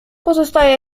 pozostaje